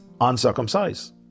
uncircumcised